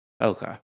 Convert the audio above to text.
okay